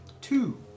Two